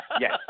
Yes